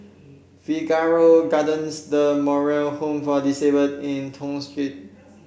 Figaro Gardens The Moral Home for Disabled and Toh Street